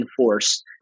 enforce